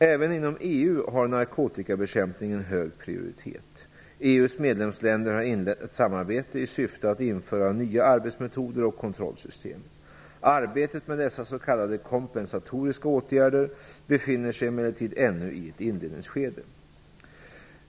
Även inom EU har narkotikabekämpning hög prioritet. EU:s medlemsländer har inlett ett samarbete i syfte att införa nya arbetsmetoder och kontrollsystem. Arbetet med dessa s.k. kompensatoriska åtgärder befinner sig emellertid ännu i ett inledningsskede.